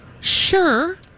Sure